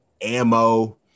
ammo